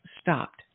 stopped